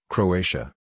Croatia